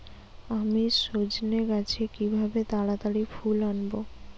আমি সজনে গাছে কিভাবে তাড়াতাড়ি ফুল আনব?